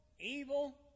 evil